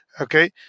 okay